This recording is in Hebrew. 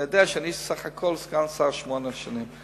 אתה יודע שאני סגן שר סך הכול שמונה חודשים.